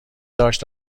داشت